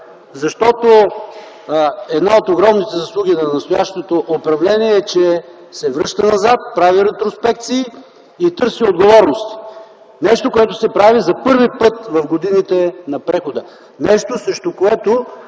Защото една от огромните заслуги на настоящото управление е, че се връща назад, прави ретроспекции и търси отговорностите – нещо, което се прави за първи път в годините на прехода. Нещо, срещу което